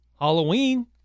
Halloween